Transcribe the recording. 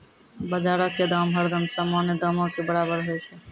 बजारो के दाम हरदम सामान्य दामो के बराबरे होय छै